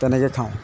তেনেকৈ খাওঁ